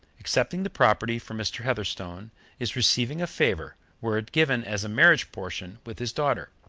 accepting the property from mr. heatherstone is receiving a favor were it given as a marriage portion with his daughter.